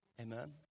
Amen